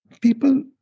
People